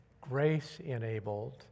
grace-enabled